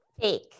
Fake